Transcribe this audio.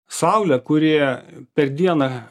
saulė kuri per dieną